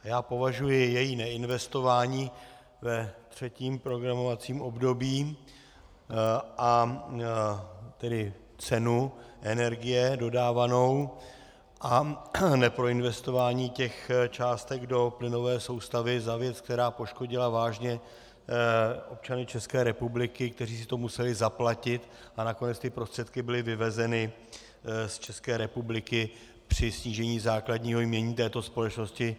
Já považuji její neinvestování ve třetím programovacím období, a tedy cenu energie dodávanou a neproinvestování těch částek do plynové soustavy za věc, která poškodila vážně občany České republiky, kteří si to museli zaplatit, a nakonec ty prostředky byly vyvezeny z České republiky při snížení základního jmění této společnosti.